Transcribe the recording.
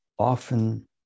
Often